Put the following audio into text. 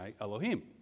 Elohim